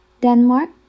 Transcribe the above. Denmark